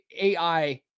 AI